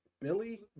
Billy